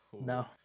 no